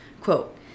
Quote